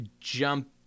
jump